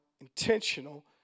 intentional